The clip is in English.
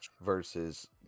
versus